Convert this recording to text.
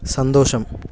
സന്തോഷം